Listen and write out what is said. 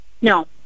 No